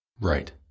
Right